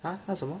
!huh! 他什么